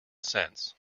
sense